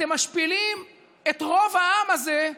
אתם משפילים את רוב העם הזה,